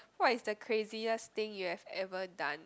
what is the craziest thing you have ever done